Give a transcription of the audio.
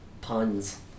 puns